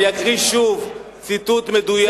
אני אקריא שוב ציטוט מדויק מדבריו,